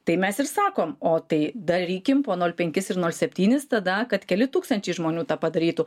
tai mes ir sakom o tai darykim po nol penkis ir nol septynis tada kad keli tūkstančiai žmonių tą padarytų